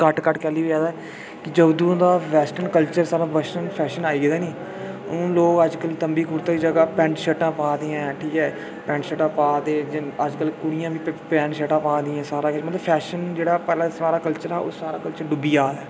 घट्ट घट्ट की होई जा दा कि जदूं दा वैस्टरन कल्चर साढ़ा वैस्ट्रन फैशन आई गेदा निं हून लोक अजकल तम्बी कुर्ते दी जगह् पैंट शर्टां पा दे ठीक ऐ पैंट शर्टां पा दे अज्ज कल कुड़ियां बी पैंट शर्टां पा दियां सारा किश मतलब फैशन जेह्ड़ा पैह्लै साढ़ा कल्चर हा साढ़ा कल्चर ऐ डुब्बी जा दा